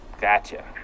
Gotcha